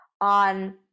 on